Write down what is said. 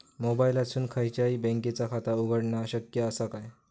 मोबाईलातसून खयच्याई बँकेचा खाता उघडणा शक्य असा काय?